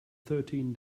thirteen